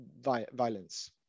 violence